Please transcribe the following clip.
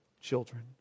children